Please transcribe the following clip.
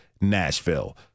Nashville